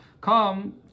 Come